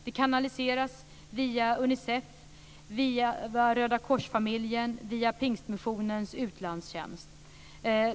Det kanaliseras via Unicef, via Röda korsfamiljen och via Pingstmissionens utlandstjänst.